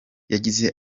yagize